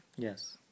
Yes